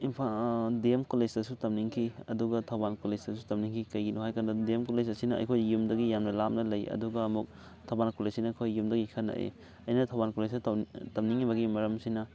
Imphal D M ꯀꯣꯂꯦꯖꯇꯁꯨ ꯇꯝꯅꯤꯡꯈꯤ ꯑꯗꯨꯒ ꯊꯧꯕꯥꯜ ꯀꯣꯂꯦꯖꯇꯁꯨ ꯇꯝꯅꯤꯡꯈꯤ ꯀꯔꯤꯒꯤꯅꯣ ꯍꯥꯏ ꯀꯥꯟꯗ ꯗꯤ ꯑꯦꯝ ꯀꯣꯂꯦꯖ ꯑꯁꯤꯅ ꯑꯩꯈꯣꯏ ꯌꯨꯝꯗꯒꯤ ꯌꯥꯝꯅ ꯂꯥꯞꯅ ꯂꯩ ꯑꯗꯨꯒ ꯑꯃꯨꯛ ꯊꯧꯕꯥꯜ ꯀꯣꯂꯦꯖꯁꯤꯅ ꯑꯩꯈꯣꯏ ꯌꯨꯝꯗꯒꯤ ꯈꯔ ꯅꯛꯏ ꯑꯩꯅ ꯊꯧꯕꯥꯜ ꯀꯣꯂꯦꯖꯇ ꯇꯝꯅꯤꯡꯉꯤꯕꯒꯤ ꯃꯔꯝꯁꯤꯅ